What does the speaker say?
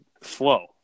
flow